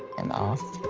and off.